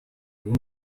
дүнд